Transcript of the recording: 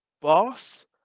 Boss